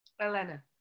Elena